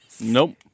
Nope